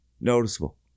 noticeable